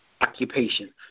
occupation